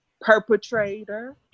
perpetrator